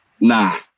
Nah